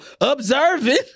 observing